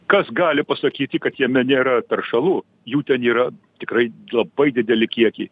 kas gali pasakyti kad jame nėra teršalų jų ten yra tikrai labai didelį kiekiai